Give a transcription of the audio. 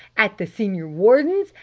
at the senior warden's!